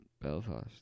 Belfast